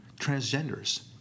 transgenders